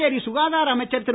புதுச்சேரி சுகாதார அமைச்சர் திரு